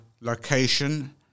location